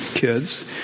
kids